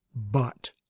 but